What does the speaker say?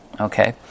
Okay